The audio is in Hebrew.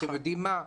אתם יודעים מה?